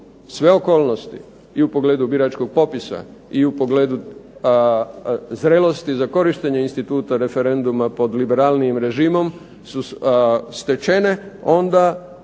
sve okolnosti i u pogledu biračkog popisa i u pogledu zrelosti za korištenje instituta referenduma pod liberalnijim režimom su stečene onda